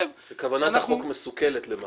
שכוונת החוק מסוכלת למעשה.